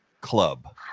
club